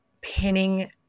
pinning